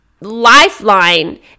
lifeline